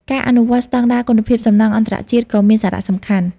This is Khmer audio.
ការអនុវត្តស្តង់ដារគុណភាពសំណង់អន្តរជាតិក៏មានសារៈសំខាន់។